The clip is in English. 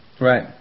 Right